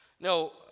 no